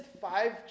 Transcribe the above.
five